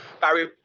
Barry